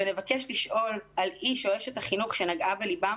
ונבקש לשאול על איש או אשת החינוך שנגעה בליבם,